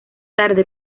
tarde